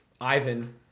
Ivan